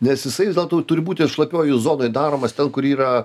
nes jisai vis dėlto turi būti šlapiojoj zonoj daromas ten kur yra